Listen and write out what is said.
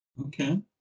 Okay